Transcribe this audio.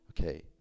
Okay